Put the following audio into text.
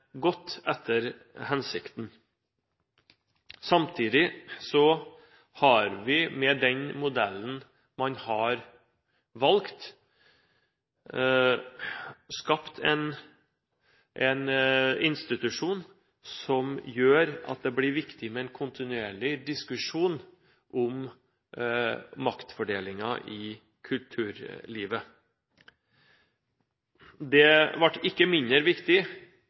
godt etter hensikten. Samtidig har vi med den modellen man har valgt, skapt en institusjon som gjør at det blir viktig med en kontinuerlig diskusjon om maktfordelingen i kulturlivet. Det ble ikke mindre viktig